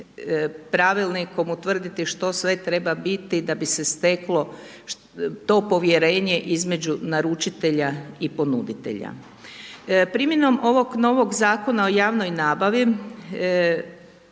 pravilnikom utvrditi što sve treba biti da bi se steklo to povjerenje između naručitelja i ponuditelja. Primjenom ovog novog Zakona o javnoj nabavi